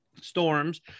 storms